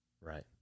Right